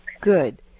good